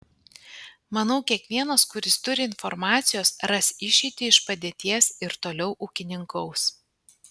manau kiekvienas kuris turi informacijos ras išeitį iš padėties ir toliau ūkininkaus